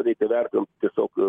reikia vertint tiesiog